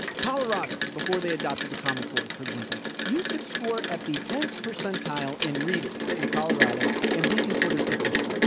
colorado, before they adopted the common core, for example, you could score at the tenth percentile in reading in colorado and be considered proficient,